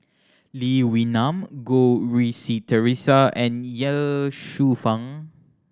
Lee Wee Nam Goh Rui Si Theresa and Ye Shufang